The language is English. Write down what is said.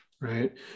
right